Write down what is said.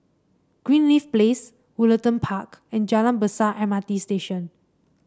Greenleaf Place Woollerton Park and Jalan Besar M R T Station